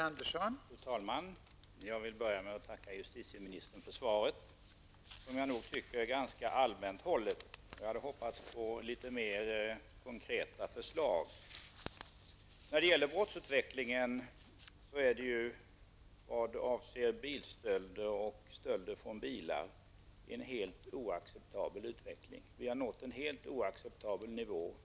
Fru talman! Jag vill börja med att tacka justitieministern för svaret, som jag nog tycker är ganska allmänt hållet. Jag hade hoppats på litet mer konkreta förslag. Brottsutvecklingen när det gäller bilstölder och stölder från bilar är helt oacceptabel. Som jag ser det har vi nått en helt oacceptabel nivå.